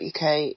uk